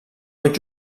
pot